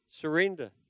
Surrender